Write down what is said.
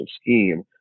scheme